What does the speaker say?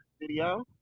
video